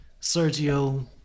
Sergio